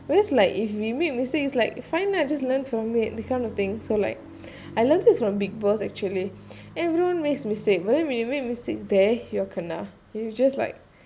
whereas like if we made mistakes like fine lah just learn from it that kind of thing so like I learnt this from bigg boss actually everyone makes mistakes but then when you make mistake there you're you're just like everyone will like